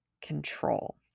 control